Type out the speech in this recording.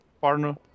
partner